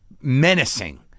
menacing